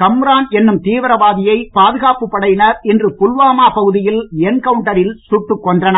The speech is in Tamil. கம்ரான் என்னும் தீவிரவாதியை பாதுகாப்பு படையினர் இன்று புல்வாமா பகுதியில் என் கவுண்டரில் சுட்டுக் கொன்றனர்